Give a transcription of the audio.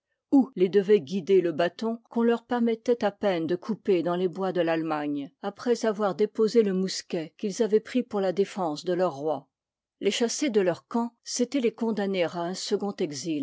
les devoit guider le bâton qu'on leur permeltoit a peine de couper dans les bois de l'allemagne après avoir déposé le mousquet qu'ils avoient pris pour la défense de leur roi les chasser de leur camp c'étoit les condamner à un second